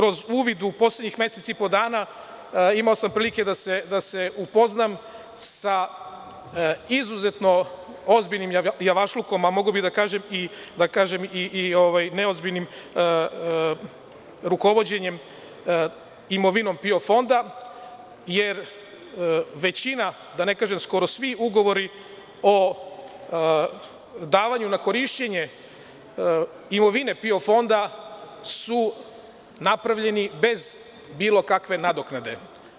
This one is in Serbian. Kroz uvid u poslednjih mesec i po dana, imao sam prilike da se upoznam sa izuzetno ozbiljnim javašlukom, a mogao bih da kažem i neozbiljnim rukovođenjem imovinom PIO fonda, jer većina, da ne kažem skoro svi ugovori o davanju na korišćenje imovine PIO fonda su napravljeni bez bilo kakve nadoknade.